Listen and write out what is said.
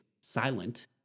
silent